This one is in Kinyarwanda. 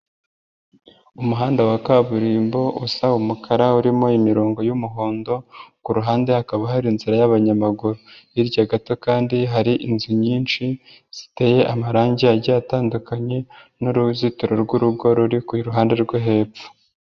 Umuhanda wa kaburimbo usa umukara urimo imirongo y'umuhondo ku ruhande hakaba hari inzira y'abanyamaguru, hirya gato kandi hari inzu nyinshi ziteye amarangi agiye atandukanye n'uruzitiro rw'urugo ruri ku ruhande rwo hepfo.